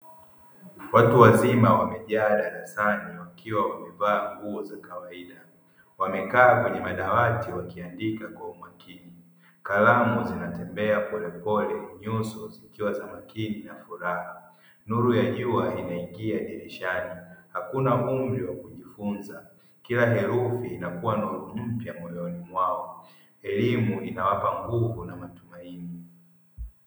Watu wazima wamejaa darasani, wakiwa wamevaa nguo za kawaida. Wamekaa kwenye madawati wakiandika kwa umakini. Kalamu zinatembea polepole, nyuso zikiwa makini na furaha. Nuru ya jua imeingia dirishani. Hakuna ubishi, kila herufi inakuwa na nguvu moyoni mwao elimu inawapa nguvu na matumaini